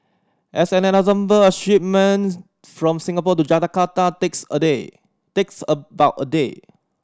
as an example a shipment from Singapore to Jakarta takes a day takes about a day